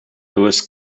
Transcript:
lewis